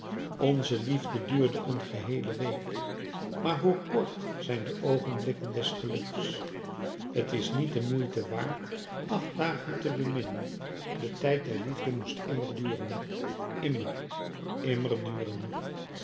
onze liefde duurde een geheele week maar hoe kort zijn de oogenblikken des geluks t is niet der moeite waard acht dagen te beminnen de tijd der liefde moest immer duren immer immer duren